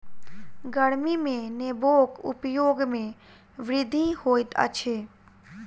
गर्मी में नेबोक उपयोग में वृद्धि होइत अछि